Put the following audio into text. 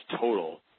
total